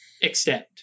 extend